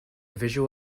visual